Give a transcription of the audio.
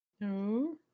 No